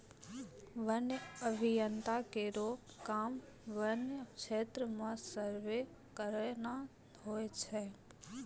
वन्य अभियंता केरो काम वन्य क्षेत्र म सर्वे करना होय छै